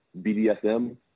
BDSM